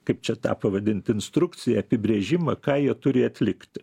kaip čia tą pavadint instrukcija apibrėžimą ką jie turi atlikti